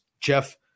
jeff